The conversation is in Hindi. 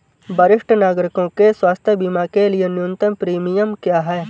वरिष्ठ नागरिकों के स्वास्थ्य बीमा के लिए न्यूनतम प्रीमियम क्या है?